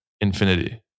infinity